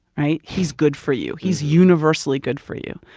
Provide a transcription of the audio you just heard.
right? he's good for you. he's universally good for you.